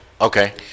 Okay